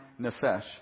nefesh